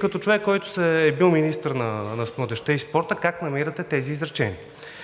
Като човек, който е бил министър на младежта и спорта, как намирате тези изречения?